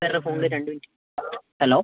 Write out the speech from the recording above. ഇതാരാടാ ഫോണിൽ രണ്ട് minute hello